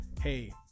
hey